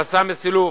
במסע סילוף,